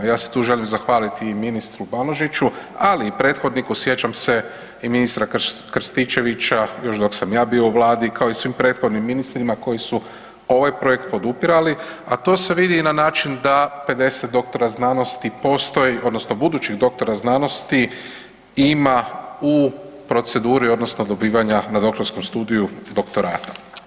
Ja se tu želim zahvaliti i ministru BAnožiću, ali i prethodniku, sjećam se i ministra Krstičevića još dok sam ja bio u vladi kao i svim prethodnim ministrima koji su ovaj projekt podupirali, a to se vidi i na način da 50 doktora znanosti postoji odnosno budućih doktora znanosti ima u proceduri odnosno dobivanja na doktorskom studiju doktorata.